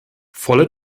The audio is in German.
volle